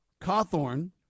Cawthorn